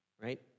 right